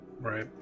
right